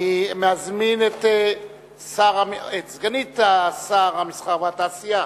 אני מזמין את סגנית שר המסחר והתעשייה,